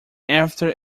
after